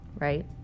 right